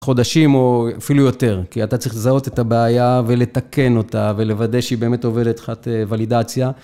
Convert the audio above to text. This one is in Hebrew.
חודשים או אפילו יותר, כי אתה צריך לזהות את הבעיה ולתקן אותה ולוודא שהיא באמת עוברת לך את הוולידציה.